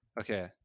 Okay